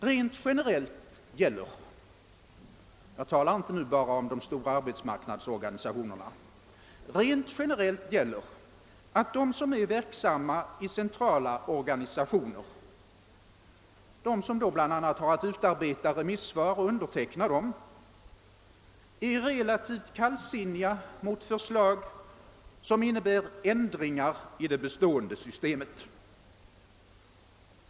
Rent generellt — jag talar nu inte bara om de stora arbetsmarknadsorganisationerna — gäller att de som är verksamma i centrala organisationer, de som bl.a. har att utarbeta och underteckna remissvar, är relativt kallsinniga mot förslag som innebär ändringar i det bestående systemet.